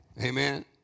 Amen